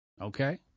Okay